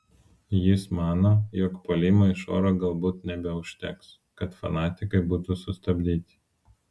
jis mano jog puolimo iš oro galbūt nebeužteks kad fanatikai būtų sustabdyti